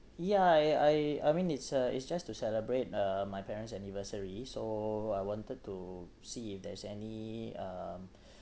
yeah I I I mean it's a it's just to celebrate uh my parent's anniversary so I wanted to see if there's any um